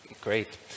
Great